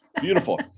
Beautiful